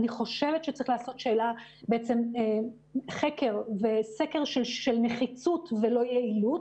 אני חושבת שצריך לעשות חקר וסקר של נחיצות ולא של יעילות.